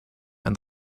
and